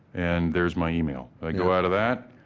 and there's my yeah e-mail. i go out of that,